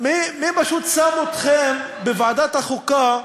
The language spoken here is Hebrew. מי שם אתכם, בוועדת החוקה,